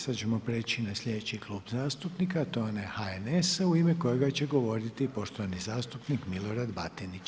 Sada ćemo prijeći na sljedeći klub zastupnika, a to je onaj HNS-a u ime kojega će govoriti poštovani zastupnik Milorad Batinić.